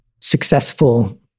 successful